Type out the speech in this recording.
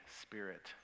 Spirit